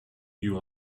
you